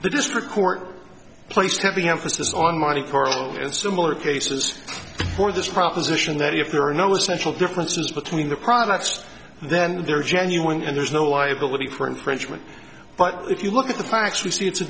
the district court placed heavy emphasis on monte carlo and similar cases for this proposition that if there are no essential differences between the products then they're genuine and there's no liability for infringement but if you look at the facts you see it's a